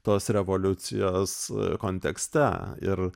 tos revoliucijos kontekste ir